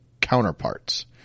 counterparts